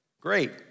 Great